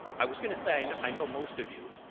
i was going to say and i know most of you.